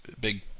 big